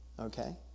okay